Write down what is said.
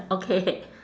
okay